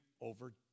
over